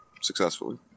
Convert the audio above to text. successfully